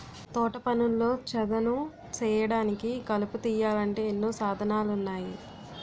తోటపనుల్లో చదును సేయడానికి, కలుపు తీయాలంటే ఎన్నో సాధనాలున్నాయి